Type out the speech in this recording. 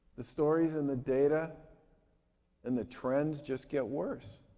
the stories and the data and the trends just get worse.